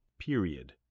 Period